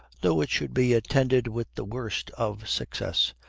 though it should be attended with the worst of success.